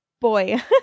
boy